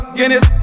Guinness